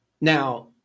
now